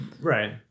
right